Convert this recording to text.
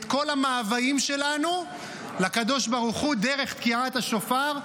את כל המאוויים שלנו לקדוש ברוך הוא דרך תקיעת השופר,